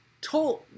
told